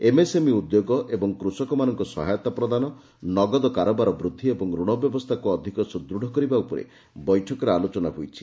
MSME ଉଦ୍ୟୋଗ ଓ କୁଷକମାନଙ୍କୁ ସହାୟତା ପ୍ରଦାନ ନଗଦ କାରବାର ବୂଦ୍ଧି ଓ ରଣ ବ୍ୟବସ୍ଚାକୁ ଅଧିକ ସୁଦୃଢ଼ କରିବା ଉପରେ ବୈଠକରେ ଆଲୋଚନା ହୋଇଛି